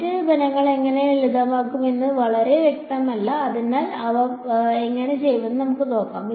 മറ്റ് നിബന്ധനകൾ എങ്ങനെ ലളിതമാക്കും എന്ന് വളരെ വ്യക്തമല്ല അതിനാൽ അവ എങ്ങനെ ചെയ്യുമെന്ന് നമുക്ക് നോക്കാം